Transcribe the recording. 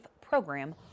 Program